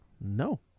No